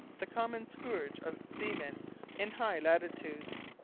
the common scourge of seamen in high latitudes.